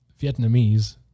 vietnamese